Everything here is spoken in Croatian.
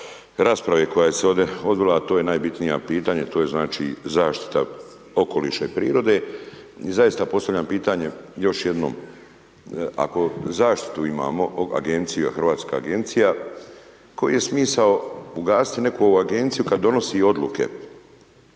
rasprave koja se ovde odvila, a to je najbitnije pitanje to je znači zaštita okoliša i prirode i zaista postavljam pitanje još jednom ako zaštitu imamo agencija, hrvatska agencija, koji je smisao ugasiti neku agenciju kad donosi odluke